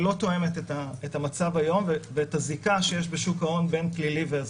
שלא תואמת את המצב היום ואת הזיקה שיש בשוק ההון בין פלילי ואזרחי.